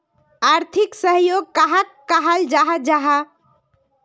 आर्थिक सहयोग कहाक कहाल जाहा जाहा?